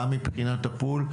גם מבחינת הפול.